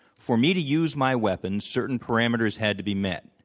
for me to use my weapons, certain parameters had to be met.